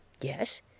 Yes